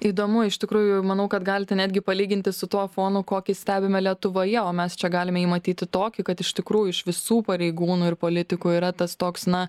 įdomu iš tikrųjų manau kad galite netgi palyginti su tuo fonu kokį stebime lietuvoje o mes čia galime jį matyti tokį kad iš tikrųjų iš visų pareigūnų ir politikų yra tas toks na